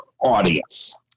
audience